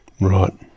Right